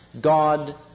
God